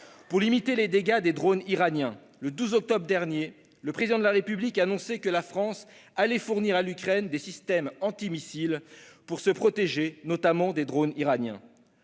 de limiter les dégâts des drones iraniens, le 12 octobre dernier, le Président de la République annonçait que la France allait fournir à l'Ukraine des systèmes antimissiles pour se protéger. Vous nous confirmez